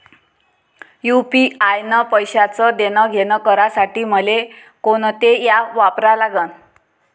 UPI न पैशाचं देणंघेणं करासाठी मले कोनते ॲप वापरा लागन?